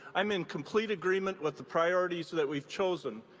i'm in complete agreement with the priorities that we've chosen,